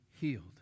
healed